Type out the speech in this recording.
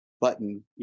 button